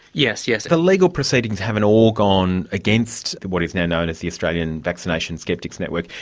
yes, yes. the legal proceedings haven't all gone against what is now known as the australian vaccination-skeptics network.